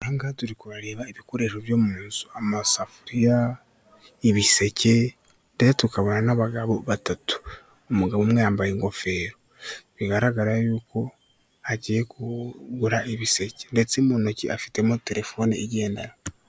Iyahoze ari inoti y'igihumbi y'amafaranga y'u Rwanda, ikaba yari iriho inka z'inyambo zifite amahembe ndetse n'ibindi bihingwa, bihingwa mu Rwanda, ikaba yari yanditseho banki nasiyonari y'u Rwanda.